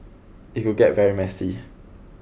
it could get very messy